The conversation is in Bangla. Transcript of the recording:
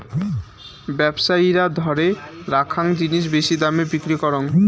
ব্যবসায়ীরা ধরে রাখ্যাং জিনিস বেশি দামে বিক্রি করং